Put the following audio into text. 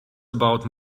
about